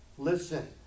Listen